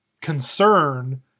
concern